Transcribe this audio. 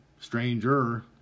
stranger